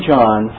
John